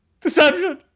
Deception